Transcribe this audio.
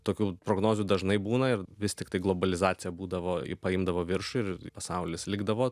tokių prognozių dažnai būna ir vis tiktai globalizacija būdavo paimdavo viršų ir pasaulis likdavo